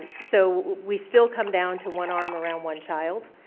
ah so we still come down to one arm around one child.